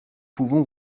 pouvons